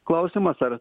klausimas ar